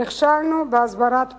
נכשלנו בהסברת פנים,